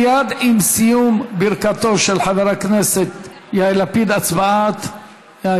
מייד עם סיום ברכתו של חבר הכנסת יאיר לפיד הצבעת האי-אמון.